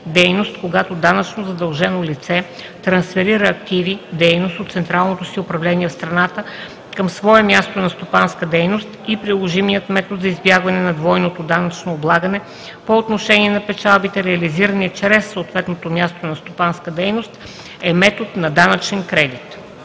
активи/дейност, когато данъчно задължено лице трансферира активи/дейност от централното си управление в страната към свое място на стопанска дейност и приложимият метод за избягване на двойното данъчно облагане по отношение на печалбите, реализирани чрез съответното място на стопанска дейност, е метод на данъчен кредит.“